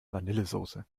vanillesoße